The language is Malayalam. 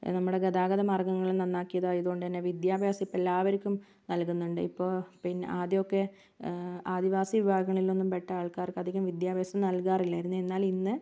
നമ്മുടെ ഗതാഗതമാർഗ്ഗങ്ങള് നന്നാക്കിയതായതുകൊണ്ട് തന്നെ വിദ്യാഭ്യാസം ഇപ്പം എല്ലാവർക്കും നൽകുന്നുണ്ട് ഇപ്പോൾ പിന്നെ ആദ്യമൊക്കെ ആദിവാസിവിഭാഗങ്ങളിലൊന്നും പെട്ട ആൾക്കാർക്ക് അധികം വിദ്യാഭ്യാസം നൽകാറില്ലായിരുന്നു എന്നാൽ ഇന്ന്